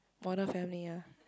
modern family ah